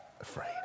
afraid